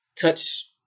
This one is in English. touch